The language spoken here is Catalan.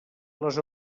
les